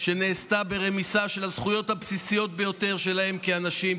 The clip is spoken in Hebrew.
שנעשתה ברמיסה של הזכויות הבסיסיות ביותר שלהם כאנשים,